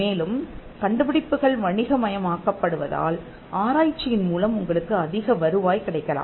மேலும் கண்டுபிடிப்புகள் வணிகமயமாக்கப்படுவதால் ஆராய்ச்சியின் மூலம் உங்களுக்கு அதிக வருவாய் கிடைக்கலாம்